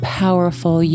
powerful